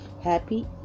happy